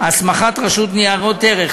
הנני מתכבדת להודיעכם,